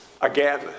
again